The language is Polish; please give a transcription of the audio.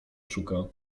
szuka